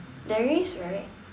there is right